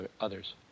others